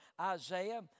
Isaiah